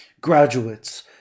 graduates